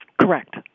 Correct